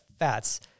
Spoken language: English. fats